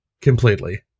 Completely